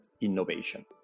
innovation